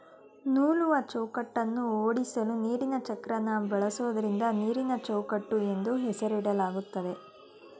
ನೂಲುವಚೌಕಟ್ಟನ್ನ ಓಡ್ಸಲು ನೀರಿನಚಕ್ರನ ಬಳಸೋದ್ರಿಂದ ನೀರಿನಚೌಕಟ್ಟು ಎಂದು ಹೆಸರಿಡಲಾಗಯ್ತೆ